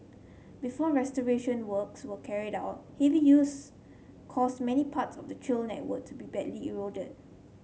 before restoration works were carried out heavy use caused many parts of the trail network to be badly eroded